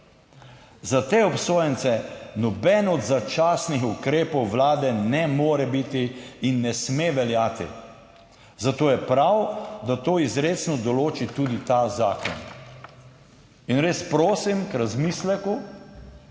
Za te obsojence noben od začasnih ukrepov Vlade ne more biti in ne sme veljati, zato je prav, da to izrecno določi tudi ta zakon. In res prosim k razmisleku